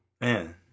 Man